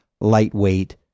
lightweight